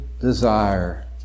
desire